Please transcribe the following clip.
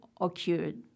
occurred